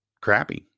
crappy